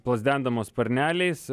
plazdendamos sparneliais